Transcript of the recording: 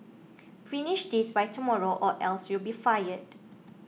finish this by tomorrow or else you'll be fired